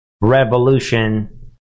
revolution